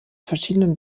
verschiedenen